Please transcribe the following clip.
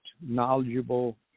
knowledgeable